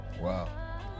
Wow